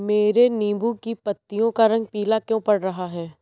मेरे नींबू की पत्तियों का रंग पीला क्यो पड़ रहा है?